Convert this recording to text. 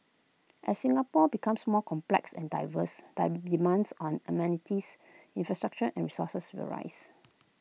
as Singapore becomes more complex and diverse dive demands on amenities infrastructure and resources will rise